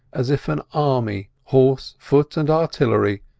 as if an army, horse, foot, and artillery,